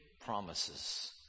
promises